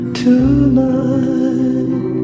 tonight